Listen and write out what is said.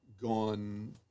gone